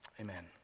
Amen